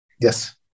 Yes